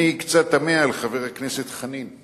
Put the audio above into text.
אני קצת תמה על חבר הכנסת חנין.